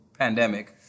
pandemic